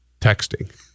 texting